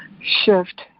shift